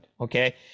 okay